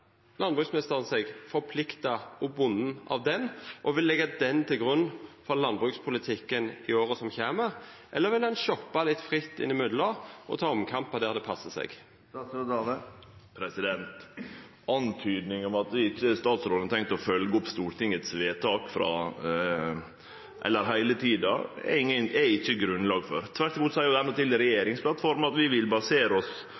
Vil han leggja henne til grunn i landbrukspolitikken i åra som kjem, eller vil han shoppa fritt imellom og ta omkampar der det passar seg? Antydinga om at statsråden ikkje har tenkt å følgje opp Stortingets vedtak heile tida, er det ikkje grunnlag for. Tvert imot seier vi jo